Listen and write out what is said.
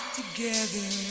together